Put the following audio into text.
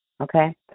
okay